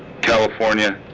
California